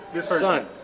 Son